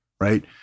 right